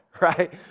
right